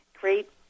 great